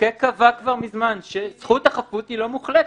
המחוקק קבע כבר מזמן שזכות החפות לא מוחלטת,